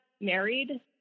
married